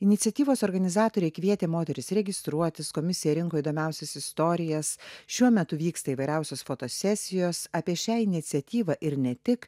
iniciatyvos organizatoriai kvietė moteris registruotis komisija rinko įdomiausias istorijas šiuo metu vyksta įvairiausios fotosesijos apie šią iniciatyvą ir ne tik